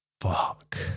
fuck